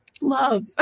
Love